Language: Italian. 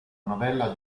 novella